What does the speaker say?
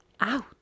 out